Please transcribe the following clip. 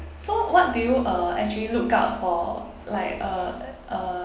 so what do you uh actually look out for like uh uh